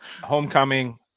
homecoming